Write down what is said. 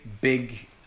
big